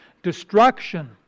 destruction